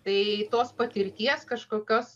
tai tos patirties kažkokios